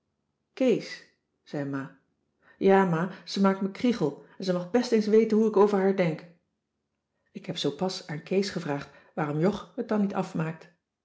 kees zei ma ja ma ze maakt me kriegel en ze mag best eens weten hoe ik over haar denk ik heb zoo pas aan kees gevraagd waarom jog het dan niet afmaakt